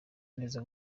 neza